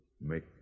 Make